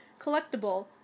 collectible